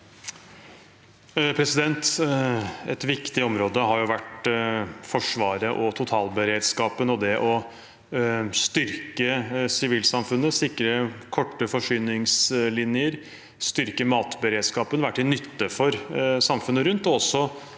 Et viktig område har vært Forsvaret og totalberedskapen og det å styrke sivilsamfunnet, sikre korte forsyningslinjer, styrke matberedskapen og være til nytte for samfunnet rundt,